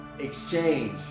exchange